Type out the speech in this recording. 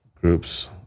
groups